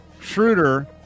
Schroeder